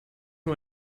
nur